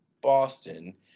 Boston